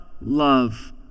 love